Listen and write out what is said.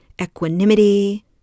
equanimity